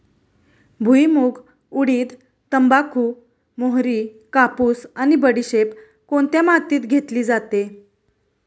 भुईमूग, उडीद, तंबाखू, मोहरी, कापूस आणि बडीशेप कोणत्या मातीत घेतली जाते?